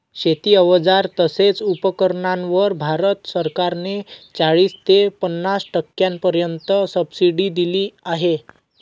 शेती अवजार तसेच उपकरणांवर भारत सरकार ने चाळीस ते पन्नास टक्क्यांपर्यंत सबसिडी दिली आहे